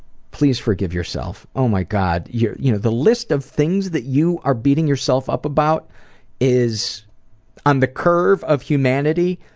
please forgive yourself. oh my god, you know the list of things that you are beating yourself up about is on the curve of humanity,